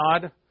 God